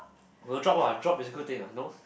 good job ah job is a good thing ah no